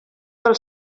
del